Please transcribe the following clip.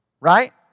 Right